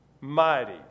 mighty